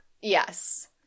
Yes